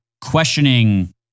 questioning